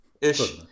ish